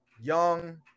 young